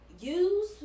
use